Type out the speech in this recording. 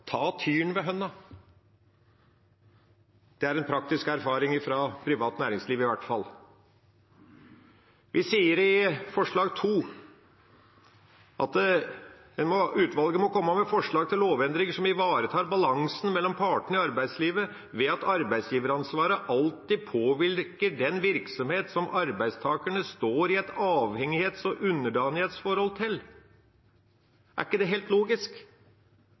ta tyren ved horna. Det er en praktisk erfaring fra privat næringsliv i hvert fall. Vi sier i forslag nr. 2: «Utvalget skal komme med forslag til lovendringer som ivaretar balansen mellom partene i arbeidslivet ved at arbeidsgiveransvaret alltid påhviler den virksomhet som arbeidstakerne står i et avhengighets- og underordningsforhold til.» Er ikke det helt logisk?